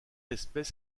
espèce